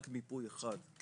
רק מיפוי אחד,